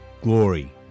glory